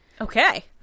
okay